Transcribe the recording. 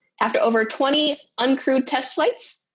after over twenty uncrewed test flights,